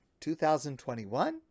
2021